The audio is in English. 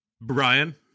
Brian